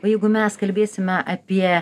o jeigu mes kalbėsime apie